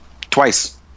twice